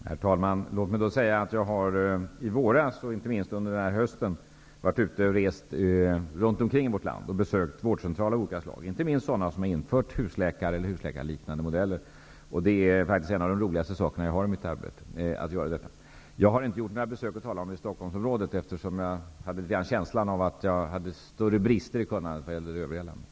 Herr talman! Låt mig säga att jag i våras, och nu under hösten, reste runt i vårt land och besökte vårdcentraler av olika slag -- inte minst sådana som har infört husläkarliknande modeller. Att göra dessa resor är en av de roligaste sakerna i mitt arbete. Jag har inte gjort några besök i Stockholmsområdet, eftersom jag har haft känslan av att jag har haft större brister i mitt kunnande i fråga om övriga landet.